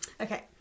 okay